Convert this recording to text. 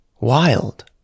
wild